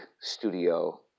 studio